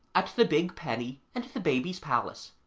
at the big penny and the baby's palace.